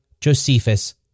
Josephus